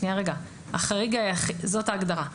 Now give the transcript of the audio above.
זאת ההגדרה.